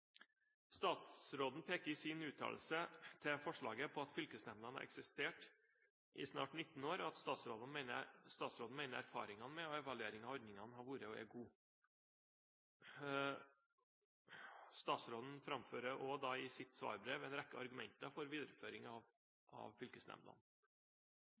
Statsråden peker i sin uttalelse til forslaget på at fylkesnemndene har eksistert i snart 19 år, og at statsråden mener erfaringene med og evalueringer av ordningen har vært og er gode. Statsråden framfører også i sitt svarbrev en rekke argumenter for videreføring